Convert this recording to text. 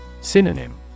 Synonym